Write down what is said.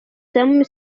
самыми